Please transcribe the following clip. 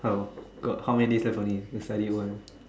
how got how many days left only to study O_M